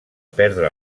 perdre